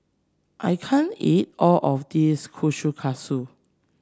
I can't eat all of this Kushikatsu